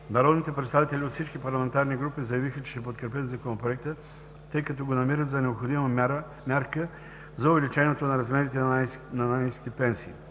Народните представители от всички парламентарни групи заявиха, че ще подкрепят Законопроекта, тъй като го намират за необходима мярка за увеличението на размерите на най-ниските пенсии.